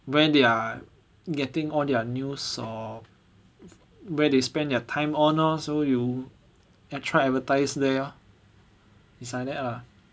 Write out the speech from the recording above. where they are getting all their news or where they spend their time on lor so you try advertise there it's like that ah